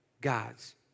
God's